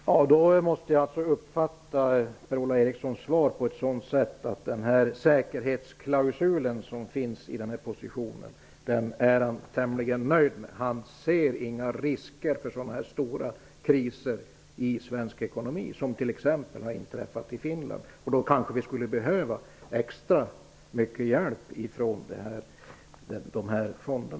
Herr talman! Jag måste uppfatta Per-Ola Erikssons svar som att han är tämligen nöjd med den säkerhetsklausul som finns i denna position. Han ser inga risker för stora kriser i svensk ekonomi, som t.ex. har uppstått i Finland. I sådana fall kanske vi skulle behöva extra mycket hjälp från dessa fonder.